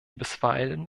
bisweilen